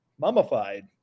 mummified